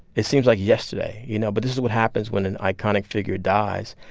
it seems like yesterday, you know. but this is what happens when an iconic figure dies.